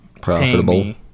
profitable